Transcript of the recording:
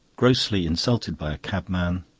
grossly insulted by a cabman.